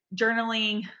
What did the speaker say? journaling